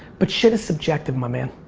but shit is subjective, my man.